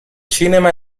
cinema